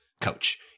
coach